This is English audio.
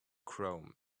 chrome